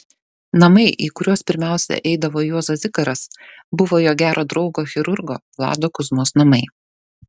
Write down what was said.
namai į kuriuos pirmiausia eidavo juozas zikaras buvo jo gero draugo chirurgo vlado kuzmos namai